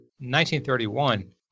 1931